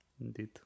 Indeed